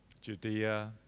Judea